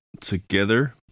together